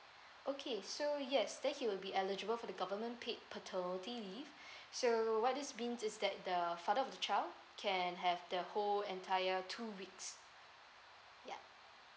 okay so yes then he will be eligible for the government paid paternity leave so what this means is that the father of the child can have the whole entire two weeks ya